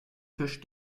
tisch